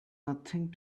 nothing